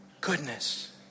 Goodness